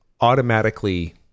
automatically